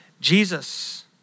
Jesus